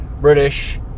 British